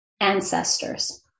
ancestors